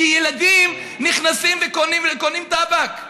כי ילדים נכנסים וקונים טבק,